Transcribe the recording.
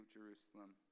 Jerusalem